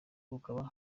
bukaba